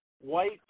white